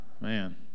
Man